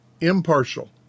impartial